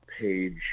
Page